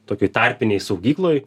tokioj tarpinėj saugykloj